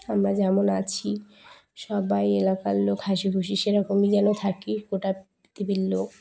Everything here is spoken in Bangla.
আমরা যেমন আছি সবাই এলাকার লোক হাসি খুশি সেরকমই যেন থাকি গোটা পৃথিবীর লোক